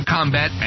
Combat